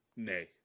nay